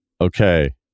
Okay